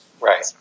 Right